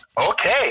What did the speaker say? Okay